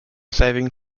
saving